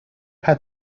had